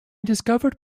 discovered